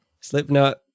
Slipknot